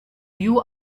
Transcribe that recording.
you